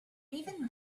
even